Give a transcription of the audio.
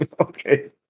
Okay